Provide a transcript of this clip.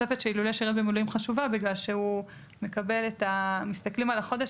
התוספת אילולא שירת במילואים חשובה בגלל שמסתכלים על החודש